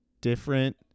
different